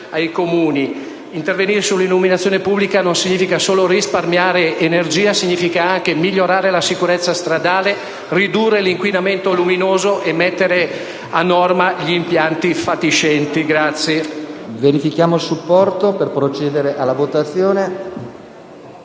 ai Comuni. Intervenire sull’illuminazione pubblica non significa solo risparmiare energia, ma anche migliorare la sicurezza stradale, ridurre l’inquinamento luminoso e mettere a norma gli impianti fatiscenti.